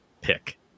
pick